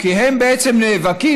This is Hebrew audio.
כי הם בעצם נאבקים,